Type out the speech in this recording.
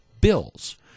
bills